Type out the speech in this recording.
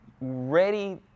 Ready